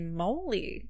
moly